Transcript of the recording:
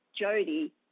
Jody